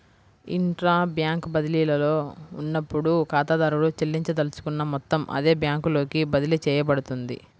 intra bank బదిలీలో ఉన్నప్పుడు, ఖాతాదారుడు చెల్లించదలుచుకున్న మొత్తం అదే బ్యాంకులోకి బదిలీ చేయబడుతుంది